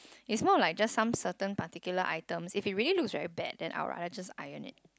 is not like just some certain particular items if it really looks very bad then I'll rather just iron it